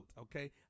okay